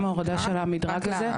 גם ההורדה של המדרג הזה --- סליחה,